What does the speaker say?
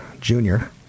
Junior